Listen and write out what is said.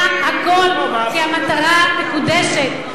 אני קונה הכול, כי המטרה מקודשת.